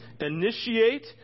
initiate